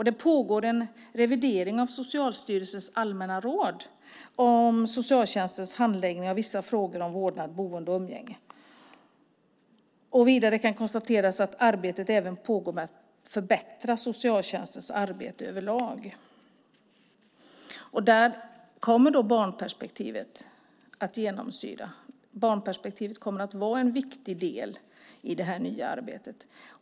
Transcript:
Det pågår en revidering av Socialstyrelsens allmänna råd om socialtjänstens handläggning av vissa frågor om vårdnad, boende och umgänge. Vidare kan konstateras att arbetet även pågår med att förbättra socialtjänstens arbete över lag. Barnperspektivet kommer att genomsyra och vara en viktig del i det här nya arbetet.